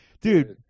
dude